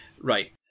Right